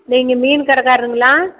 நீங்கள் மீன் கடைக்காரருங்களா